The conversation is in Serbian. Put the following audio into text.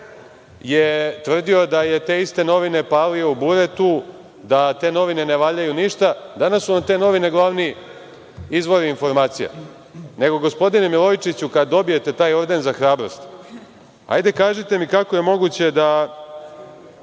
VC, tvrdio je da je te iste novine palio u buretu, da te novine ne valjaju ništa. Danas su vam te novine glavni izvor informacija. Nego, gospodine Milojičiću, kada dobijete taj orden za hrabrost, hajde kažite mi kako je moguće da